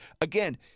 again